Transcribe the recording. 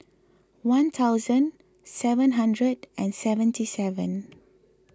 one thousand seven hundred and seventy seven